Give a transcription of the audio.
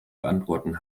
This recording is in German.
beantworten